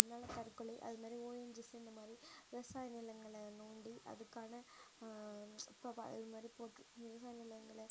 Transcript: அதனால் தற்கொலை அதுமாதிரி ஓஎன்ஜிசி இந்தமாதிரி விவசாய நிலங்களை நோண்டி அதுக்கான இதுமாதிரி போட்டு விவசாய நிலங்களை